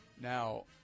Now